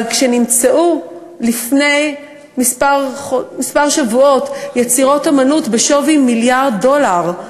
אבל כשנמצאו לפני כמה שבועות יצירות אמנות בשווי מיליארד דולר,